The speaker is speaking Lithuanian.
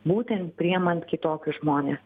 būtent priimant kitokius žmones